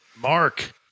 Mark